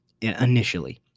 initially